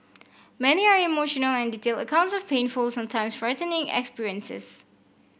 many are emotional and detailed accounts of painful sometimes frightening experiences